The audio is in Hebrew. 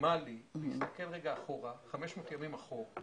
האופטימלי להסתכל רגע 500 ימים לאחור,